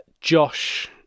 Josh